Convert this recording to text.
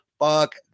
Fuck